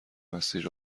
مسیر